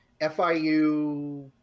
FIU